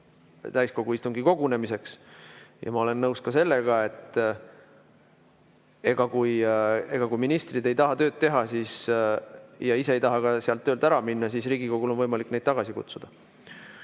täiskogu istungi kogunemiseks. Ja ma olen nõus ka sellega, et kui ministrid ei taha tööd teha ja ise ei taha töölt ära minna, siis Riigikogul on võimalik neid tagasi kutsuda.